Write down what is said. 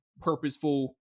purposeful